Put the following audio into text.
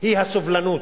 היא הסובלנות,